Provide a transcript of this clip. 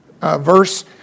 verse